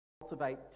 cultivate